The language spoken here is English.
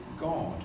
God